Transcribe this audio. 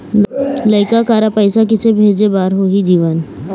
लइका करा पैसा किसे भेजे बार होही जीवन